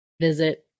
visit